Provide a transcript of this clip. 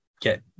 get